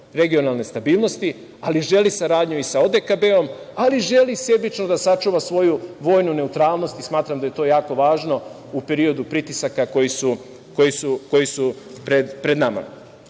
regionalne stabilnosti, ali želi saradnju i sa ODKB, ali želi sebično da sačuva svoju vojnu neutralnost. Smatram da je to jako važno u periodu pritisaka koji su pred nama. Već